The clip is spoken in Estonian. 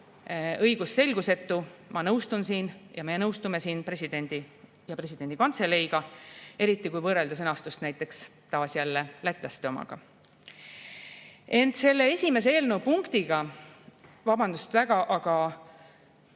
õigusselgusetu. Ma nõustun siin ja me nõustume siin presidendi ja presidendi kantseleiga, eriti kui võrrelda sõnastust näiteks taas lätlaste omaga. Ent selle esimese eelnõu punktiga, vabandust väga,